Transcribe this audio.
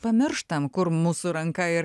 pamirštam kur mūsų ranka ir